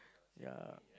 yea